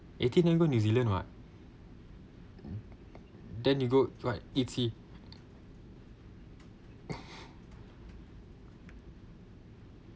eighteen then you go new zealand [what] then you go what eat see